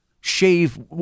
Shave